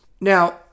Now